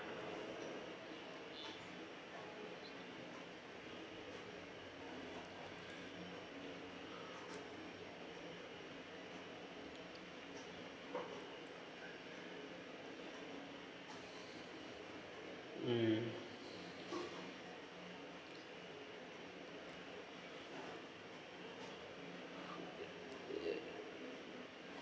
mm uh